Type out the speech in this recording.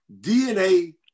DNA